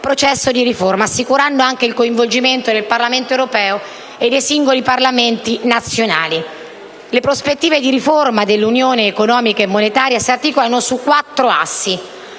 processo di riforma, assicurando anche il coinvolgimento del Parlamento europeo e dei singoli Parlamenti nazionali. Le prospettive di riforma dell'Unione economica e monetaria si articolano su quattro assi: